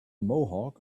mohawk